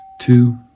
two